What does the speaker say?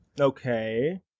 Okay